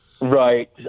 Right